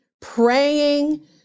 praying